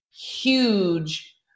huge